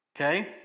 Okay